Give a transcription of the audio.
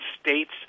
states